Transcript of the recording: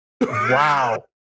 wow